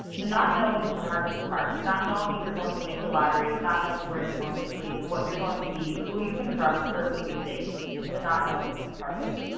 the not knowing is the hardest part not knowing if you're going to make the lottery, not knowing where you're going to sleep, what you're going to eat, who you can trust, or if you'll be safe. it's the not knowing that's the hardest.